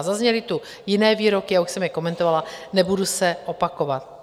Zazněly tu jiné výroky, už jsem je komentovala, nebudu se opakovat.